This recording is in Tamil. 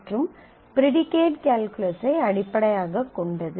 மற்றும் ப்ரீடிகேட் கால்குலஸை அடிப்படையாகக் கொண்டது